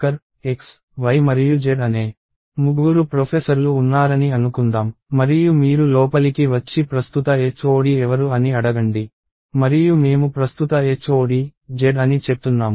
ఈ చిన్న marker X Y మరియు Z అనే ముగ్గురు ప్రొఫెసర్లు ఉన్నారని అనుకుందాం మరియు మీరు లోపలికి వచ్చి ప్రస్తుత HOD ఎవరు అని అడగండి మరియు మేము ప్రస్తుత HOD Z అని చెప్తున్నాము